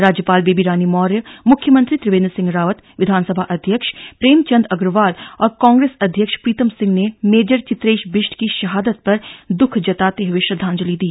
राज्यपाल बेबी रानी मौर्य मुख्यमंत्री त्रिवेंद्र सिंह रावत विधानसभा अध्यक्ष प्रेमचंद अग्रवाल और कांग्रेस अध्यक्ष प्रीतम सिंह ने मेजर चित्रेश बिष्ट की शहादत पर द्ख जताते हुए श्रद्वांजलि दी